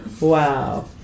Wow